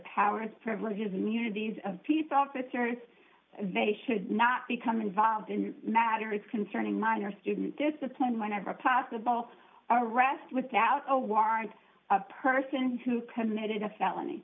powers privileges or immunities of peace officers of a should not become involved in matters concerning minor student discipline whenever possible arrest without a warrant of persons who committed a felony